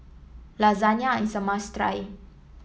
Lasagna is a must try